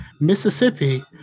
Mississippi